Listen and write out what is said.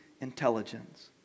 intelligence